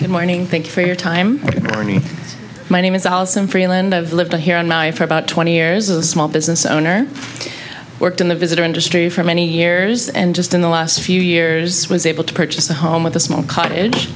good morning thanks for your time my name is allison freeland of lived here in my for about twenty years a small business owner worked in the visitor industry for many years and just in the last few years was able to purchase a home with a small cottage